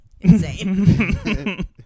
insane